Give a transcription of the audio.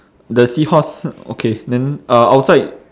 the seahorse okay then uh outside